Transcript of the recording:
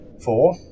Four